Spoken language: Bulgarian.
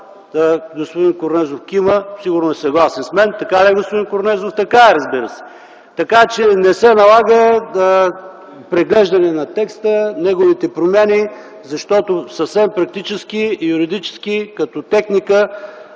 Корнезов кима, сигурно е съгласен с мен. Така ли е, господин Корнезов? Така е, разбира се! Така че не се налага преглеждане на текста и неговите промени, защото съвсем практически и юридически като техника